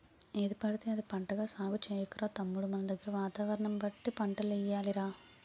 ఏదిపడితే అది పంటగా సాగు చెయ్యకురా తమ్ముడూ మనదగ్గర వాతావరణం బట్టి పంటలెయ్యాలి రా